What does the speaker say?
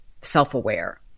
self-aware